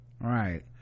right